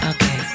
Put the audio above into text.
Okay